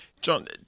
John